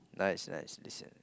nice nice listen